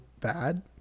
bad